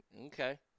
Okay